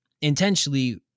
intentionally